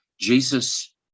Jesus